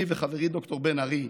אני וחברי ד"ר בן ארי,